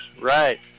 right